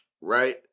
right